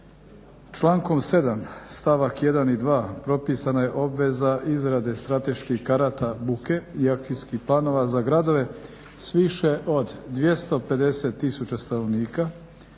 člankom 7. stavak 1. i 2. propisana je obveza izrade strateških karata buke i akcijskih planova za gradove s više od 250 000 stanovnika,